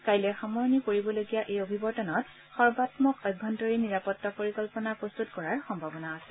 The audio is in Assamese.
কাইলৈ সামৰণি পৰিবলগীয়া এই অভিৱৰ্তনত সৰ্বামক আভ্যস্তৰীণ নিৰাপত্তা পৰিকল্পনা প্ৰস্তত কৰাৰ সম্ভাৱনা আছে